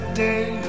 day